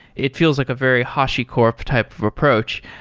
it feels like a very hashicorp type of approach,